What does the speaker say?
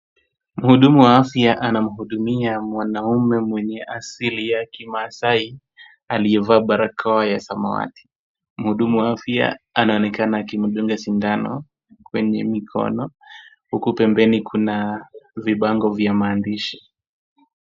Mhudumu wa afya anamhudumia mwanaume mwenye asili ya kimaasai aliyevaa barakoa ya samawati. Mhudumu wa afya anaonekana akimdunga sindano kwenye mikono huku pembeni kuna vibango vya maandishi.